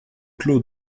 clos